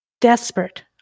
desperate